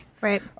Right